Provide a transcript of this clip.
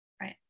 Right